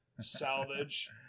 salvage